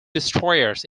destroyers